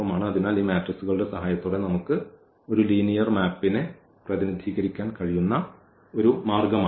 അതിനാൽ ഈ മെട്രിക്സുകളുടെ സഹായത്തോടെ നമുക്ക് ഒരു ലീനിയർ മാപ്പിനെ പ്രതിനിധീകരിക്കാൻ കഴിയുന്ന ഒരു മാർഗമാണിത്